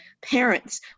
parents